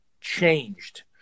changed